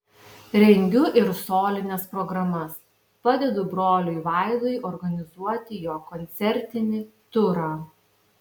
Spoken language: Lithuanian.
rengiu ir solines programas padedu broliui vaidui organizuoti jo koncertinį turą